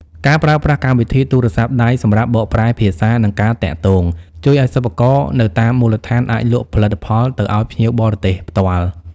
ការប្រើប្រាស់កម្មវិធីទូរស័ព្ទដៃសម្រាប់បកប្រែភាសា និងការទាក់ទង ជួយឱ្យសិប្បករនៅតាមមូលដ្ឋានអាចលក់ផលិតផលទៅឱ្យភ្ញៀវបរទេសផ្ទាល់។